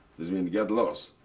this mean get lost.